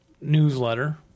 newsletter